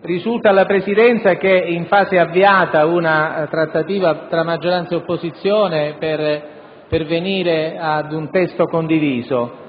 Risulta alla Presidenza che è in fase avviata una trattativa tra maggioranza ed opposizione per giungere ad un testo condiviso.